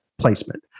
placement